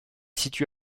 situé